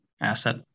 asset